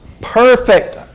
Perfect